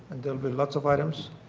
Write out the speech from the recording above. there will be lots of items.